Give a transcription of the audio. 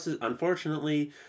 unfortunately